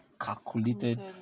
calculated